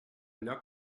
allò